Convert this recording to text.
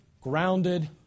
grounded